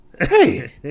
Hey